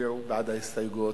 שיצביעו בעד ההסתייגויות.